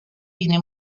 viene